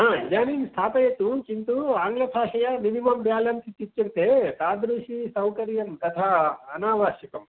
इदानीं स्थापयतु किन्तु आङ्ग्लभाषया मिनिमं बेलन्स् इति उच्यन्ते तादृशी सौकार्यं कथा अनावश्यकम्